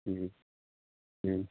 جی جی